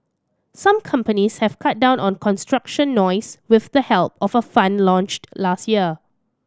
some companies have cut down on construction noise with the help of a fund launched last year